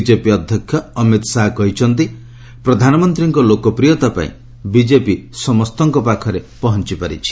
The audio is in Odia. ବିଜେପି ଅଧ୍ୟକ୍ଷ ଅମିତ୍ ଶାହା କହିଛନ୍ତି ପ୍ରଧାନମନ୍ତ୍ରୀଙ୍କ ଲୋକପ୍ରିୟତା ପାଇଁ ବିଜେପି ସମସ୍ତଙ୍କ ପାଖରେ ପହଞ୍ଚପାରିଛି